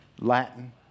Latin